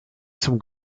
zum